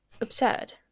absurd